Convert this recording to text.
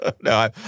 No